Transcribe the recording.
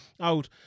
Out